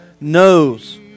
knows